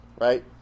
right